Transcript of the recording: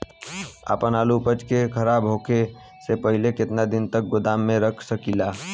आपन आलू उपज के खराब होखे से पहिले केतन दिन तक गोदाम में रख सकिला?